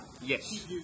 Yes